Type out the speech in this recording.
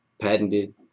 patented